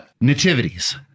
Nativities